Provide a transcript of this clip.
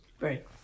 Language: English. Right